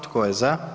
Tko je za?